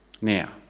Now